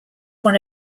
one